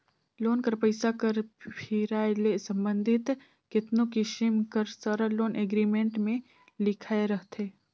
loan कर पइसा कर फिराए ले संबंधित केतनो किसिम कर सरल लोन एग्रीमेंट में लिखाए रहथे